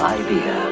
idea